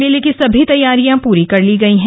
मेले की सभी तैयारियां पूरी कर ली गई है